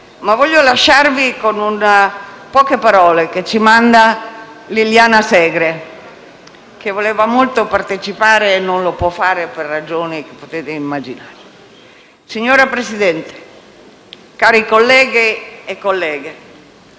voglio lasciarvi con poche parole che ci manda Liliana Segre, che voleva molto partecipare e non lo può fare per ragioni che potete immaginare: «Signor Presidente, cari colleghe e colleghi,